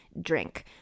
Drink